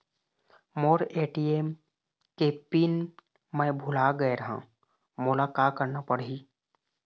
मोर ATM के PIN मैं भुला गैर ह, मोला का करना पढ़ही?